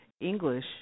English